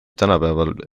tänapäeval